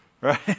Right